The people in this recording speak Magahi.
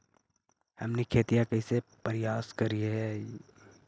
हमनी खेतीया कइसे परियास करियय?